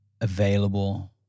available